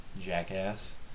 Jackass